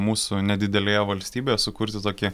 mūsų nedidelėje valstybėje sukurti tokį